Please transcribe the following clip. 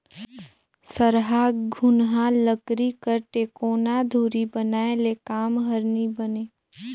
सरहा घुनहा लकरी कर टेकोना धूरी बनाए ले काम हर नी बने